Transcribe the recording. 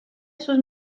sus